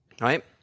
right